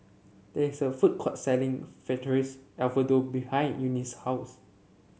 there is a food court selling Fettuccine Alfredo behind Eunice's house